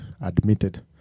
admitted